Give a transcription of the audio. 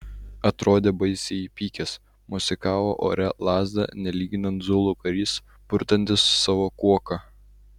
atrodė baisiai įpykęs mosikavo ore lazda nelyginant zulų karys purtantis savo kuoką